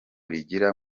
rigira